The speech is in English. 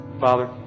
Father